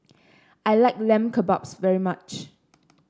I like Lamb Kebabs very much